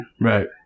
Right